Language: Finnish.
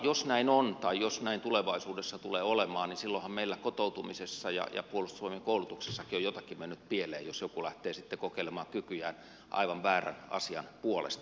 jos näin on tai jos näin tulevaisuudessa tulee olemaan niin silloinhan meillä kotoutumisessa ja puolustusvoimien koulutuksessakin on jotain mennyt pieleen jos joku lähtee kokeilemaan kykyjään aivan väärän asian puolesta